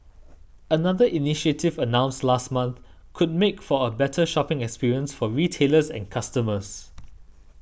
another initiative announced last month could make for a better shopping experience for retailers and customers